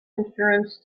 insurance